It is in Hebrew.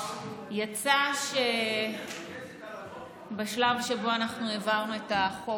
יצא שבשלב שבו אנחנו העברנו את חוק